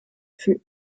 fut